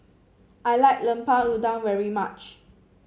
I like Lemper Udang very much